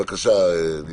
בבקשה.